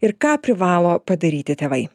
ir ką privalo padaryti tėvai